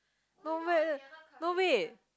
no wa~ no wait